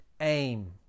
aim